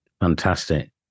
Fantastic